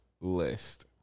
List